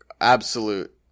absolute